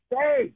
Hey